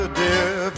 dear